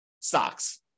stocks